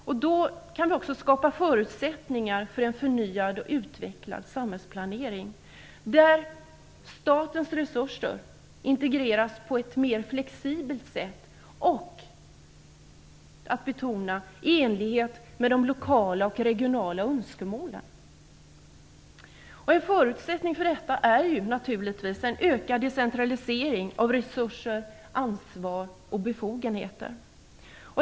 Det kan skapa förutsättningar för en förnyad och utvecklad samhällsplanering där statens resurser integreras på ett mer flexibelt sätt och, att betona, i enlighet med lokala och regionala önskemål. En förutsättning för detta är en ökad decentralisering av resurser, ansvar och befogenheter.